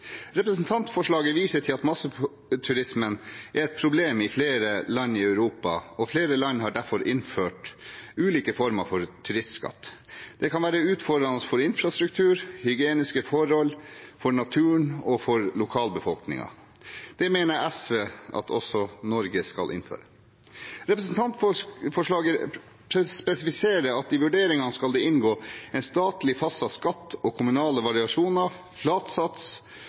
Representantforslaget viser til at masseturismen er et problem i flere land i Europa, og at flere land derfor har innført ulike former for turistskatt. Det kan være utfordrende for infrastruktur, hygieniske forhold, for naturen og for lokalbefolkningen. Dette mener SV at også Norge skal innføre. Representantforslaget spesifiserer at det i vurderingen skal inngå en statlig fastsatt skatt og kommunale variasjoner,